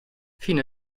fino